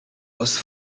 was